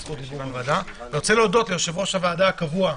אני רוצה להודות ליושב-ראש הוועדה הקבוע,